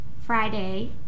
Friday